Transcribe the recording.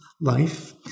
life